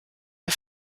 der